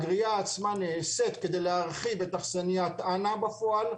הגריעה עצמה נעשית כדי להרחיב את האכסנייה בפועל.